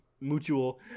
Mutual